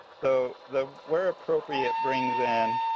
so the where appropriate brings in